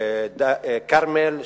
כרמל,